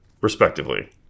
respectively